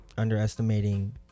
underestimating